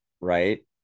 right